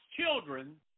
children